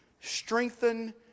Strengthen